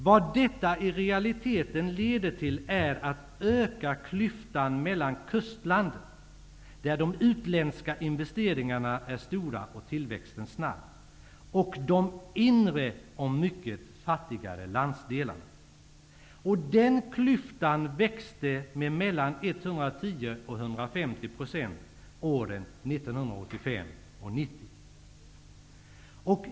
Vad detta i realiteten leder till är att öka klyftan mellan kustlandet, där de utländska investeringarna är stora och tillväxten snabb, och de inre och mycket fattigare landsdelarna. Den klyftan växte med mellan 110 och 150 % 1985--90.